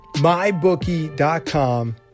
mybookie.com